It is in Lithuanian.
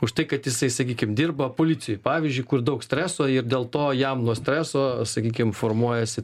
už tai kad jisai sakykim dirba policijoj pavyzdžiui kur daug streso ir dėl to jam nuo streso sakykim formuojasi